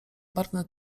barwne